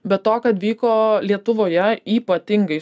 bet to kad vyko lietuvoje ypatingai